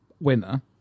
winner